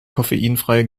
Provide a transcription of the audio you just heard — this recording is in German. koffeinfreie